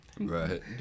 Right